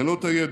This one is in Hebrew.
אין לו את הידע.